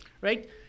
right